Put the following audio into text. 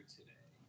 today